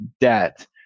debt